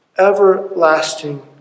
everlasting